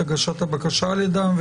הגשת הבקשה על ידיהם,